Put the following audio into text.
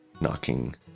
knocking